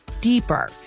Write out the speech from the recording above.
deeper